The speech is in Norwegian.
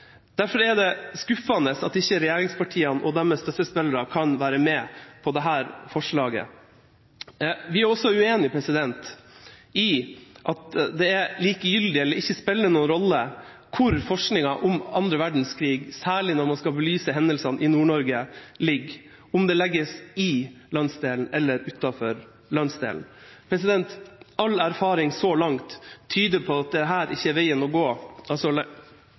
Derfor er det skuffende at ikke regjeringspartiene og deres støttespillere kan være med på dette forslaget. Vi er også uenig i at det er likegyldig, eller at det ikke spiller noen rolle, hvor forskninga om annen verdenskrig skjer, særlig når man skal belyse hendelsene i Nord-Norge – om den legges til landsdelen eller utenfor landsdelen. All erfaring så langt tyder på at det ikke er veien å gå